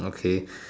okay